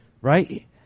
Right